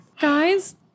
Guys